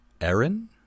Aaron